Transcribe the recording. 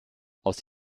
aus